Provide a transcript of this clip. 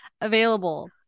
available